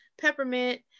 peppermint